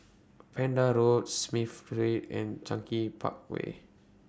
Pender Road Smith Street and Cluny Park Way